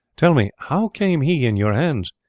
tell me how came he in your hands?